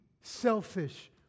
selfish